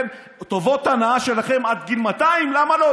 טובות הנאה שלכם עד גיל 200, למה לא?